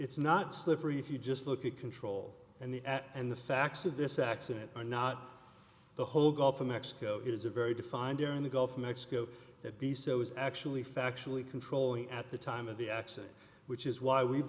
it's not slippery if you just look at control and the at and the facts of this accident are not the whole gulf of mexico it is a very defined during the gulf of mexico at the so is actually factually controlling at the time of the accident which is why we